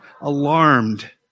alarmed